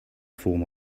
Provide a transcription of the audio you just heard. form